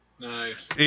Nice